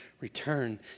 return